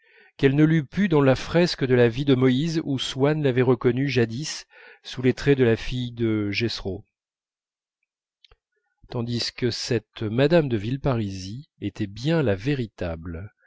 qu'elle ne l'eût pu dans la fresque de la vie de moïse où swann l'avait reconnue jadis sous les traits de la fille de jethro tandis que cette mme de villeparisis était bien la véritable